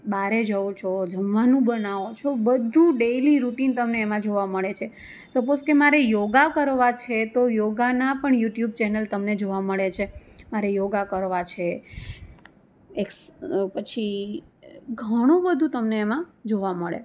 બહાર જાઓ છો જમવાનું બનાવો છો બધું ડેઈલી રૂટિન તમને એમાં જોવા મળે છે સપોઝ કે મારે યોગા કરવા છે તો યોગાના પણ યુટ્યુબ ચેનલ તમને જોવા મળે છે મારે યોગા કરવા છે પછી ઘણું બધું તમને એમાં જોવા મળે